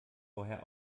vorher